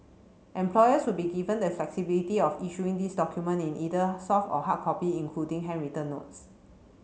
employers will be given the flexibility of issuing these document in either soft or hard copy including handwritten notes